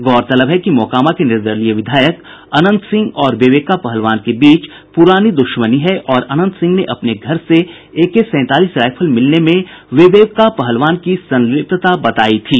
गौरतलब है कि मोकामा के निर्दलीय विधायक अनंत सिंह और विवेका पहलवान के बीच पुरानी दुश्मनी है और अनंत सिंह ने अपने घर से एके सैंतालीस राइफल मिलने में विवेका पहलवान की संलिप्तता बतायी थी